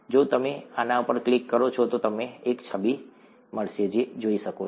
જો તમે આના પર ક્લિક કરો છો તો તમને એક છબી મળશે જે તમે જોઈ શકો છો